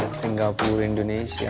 singapore, indonesia,